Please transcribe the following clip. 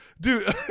dude